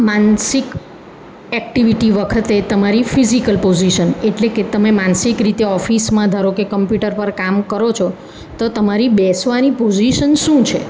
માનસિક એક્ટિવિટી વખતે તમારી ફિઝિકલ પોઝિસન એટલે કે તમે માનસિક રીતે ઓફિસમાં ધારો કે કંપ્યુટર પર કામ કરો છો તો તમારી બેસવાની પોઝિસન શું છે